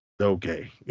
okay